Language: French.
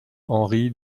henri